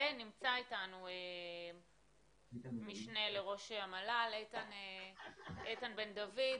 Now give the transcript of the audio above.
נמצא אתנו משנה לראש המל"ל, איתן בן דוד.